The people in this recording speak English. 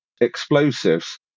explosives